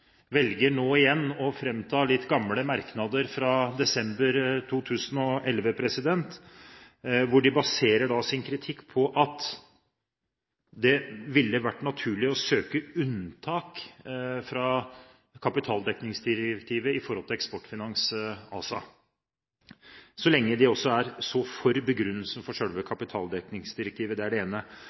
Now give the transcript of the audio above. velger, nå igjen, å ta fram litt gamle merknader, fra desember 2011 – hvor de baserer sin kritikk på at det ville vært naturlig å søke unntak fra kapitaldekningsdirektivet for Eksportfinans ASA – så lenge de er for begrunnelsen for selve kapitaldekningsdirektivet. Det er det ene.